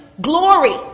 glory